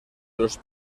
los